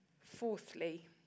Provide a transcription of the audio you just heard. Fourthly